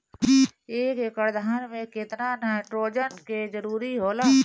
एक एकड़ धान मे केतना नाइट्रोजन के जरूरी होला?